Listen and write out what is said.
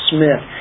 Smith